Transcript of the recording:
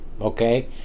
Okay